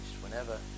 whenever